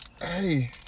Hey